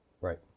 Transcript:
right